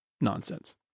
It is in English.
nonsense